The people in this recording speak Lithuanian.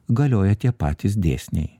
galioja tie patys dėsniai